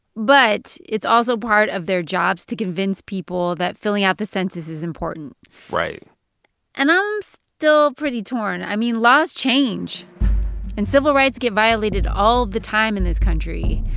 but it's also part of their jobs to convince people that filling out the census is important right and i'm still pretty torn. i mean, laws change and civil rights get violated all the time in this country.